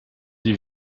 die